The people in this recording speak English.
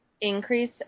increase